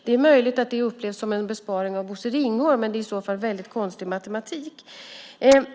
Det är möjligt att det upplevs som en besparing av Bosse Ringholm, men det är i så fall en väldigt konstig matematik.